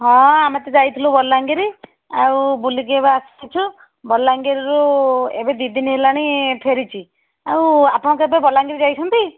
ହଁ ଆମେ ତ ଯାଇଥିଲୁ ବଲାଙ୍ଗୀର ଆଉ ବୁଲିକି ଏବେ ଆସିଛୁ ବଲାଙ୍ଗୀରରୁ ଏବେ ଦୁଇ ଦିନ ହେଲାଣି ଫେରିଛି ଆଉ ଆପଣ କେବେ ବଲାଙ୍ଗୀର ଯାଇଛନ୍ତି